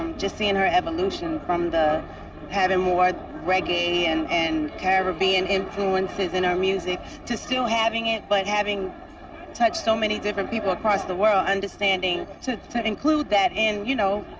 just seeing her evolution from the having more reggae and and caribbean influences in her music to still having it but having touched so many different people across the world, understanding to to include that in you know,